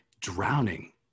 drowning